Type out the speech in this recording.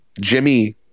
Jimmy